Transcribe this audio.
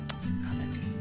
Amen